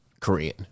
Korean